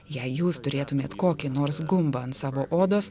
jei jūs turėtumėt kokį nors gumbą ant savo odos